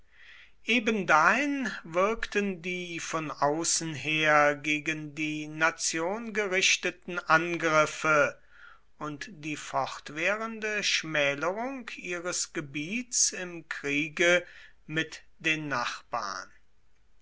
ebendahin wirkten die von außen her gegen die nation gerichteten angriffe und die fortwährende schmälerung ihres gebiets im kriege mit den nachbarn